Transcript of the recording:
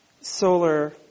solar